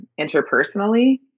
interpersonally